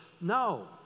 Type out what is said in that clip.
No